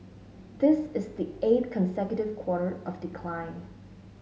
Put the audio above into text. this is the eighth consecutive quarter of decline